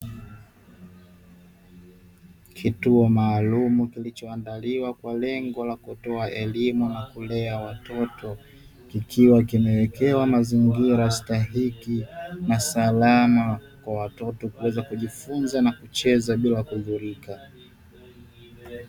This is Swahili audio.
Kituo maalum kilichoandaliwa kwa lengo la kutoa elimu na kulea watoto; kikiwa kimewekewa mazingira stahiki na salama kwa watoto kuweza kujifunza na kucheza bila kudhulika.